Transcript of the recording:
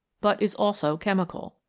but is also chemical.